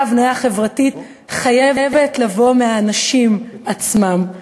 הבניה חברתית חייב לבוא מהאנשים עצמם.